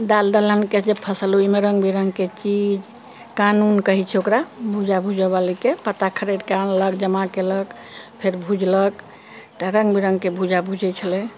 दालि दलहन के जे फसल ओहिमे रंग बिरंग के चीज कानून कहै छै ओकरा भूजा भूजय वाली के पत्ता खरैर के अनलक जमा केलक फेर भूजलक तऽ रंग बिरंग के भूजा भूजै छलै